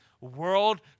world